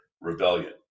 rebellion